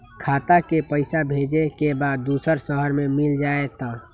खाता के पईसा भेजेए के बा दुसर शहर में मिल जाए त?